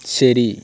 ശരി